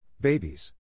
Babies